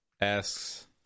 asks